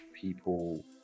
people